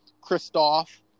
Christoph